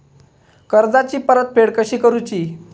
कर्जाची परतफेड कशी करुची?